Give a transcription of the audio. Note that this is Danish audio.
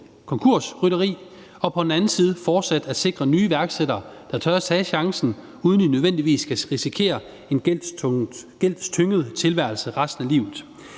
konkursrytteri og på den anden side fortsat at sikre nye iværksættere, der tør tage chancen, uden at de nødvendigvis skal risikere en gældstynget tilværelse resten af livet.